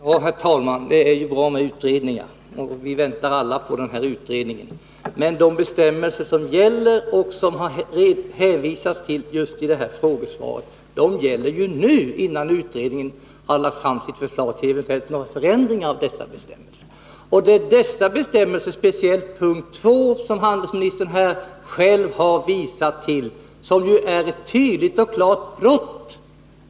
Herr talman! Det är ju bra med utredningar, och vi väntar alla på den här utredningen. Men de bestämmelser som gäller och som det har hänvisats till i frågesvaret, de gäller ju nu, innan utredningen har lagt fram sitt förslag till eventuella förändringar av bestämmelserna. Det är mot dessa bestämmelser — speciellt punkt 2, som handelsministern själv tagit upp — som det är fråga om ett tydligt och klart brott.